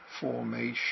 formation